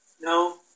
No